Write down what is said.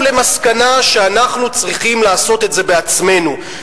למסקנה שאנחנו צריכים לעשות את זה בעצמנו,